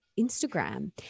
Instagram